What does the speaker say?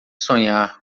sonhar